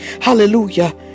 hallelujah